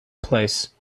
place